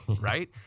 right